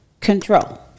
Control